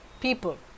people